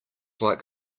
like